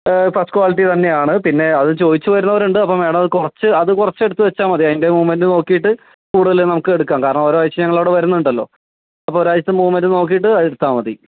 ആ first quality തന്നെയാണ് പിന്നെ അത് ചോദിച്ചു വരുന്നവരുണ്ട് അപ്പോൾ മാഡം അത് കുറച്ച് അത് കുറച്ച് എടുത്ത് വെച്ചാൽ മതി അതിൻ്റെ മൂവ്മെൻ്റ് നോക്കിയിട്ട് കൂടുതൽ നമുക്ക് എടുക്കാം കാരണം ഓരോ ആഴ്ചയും ഞങ്ങളവിടെ വരുന്നുണ്ടല്ലോ അപ്പോൾ ഒരാഴ്ച മൂവ്മെൻ്റ് നോക്കിയിട്ട് അത് എടുത്താൽ മതി